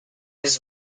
was